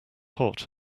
hot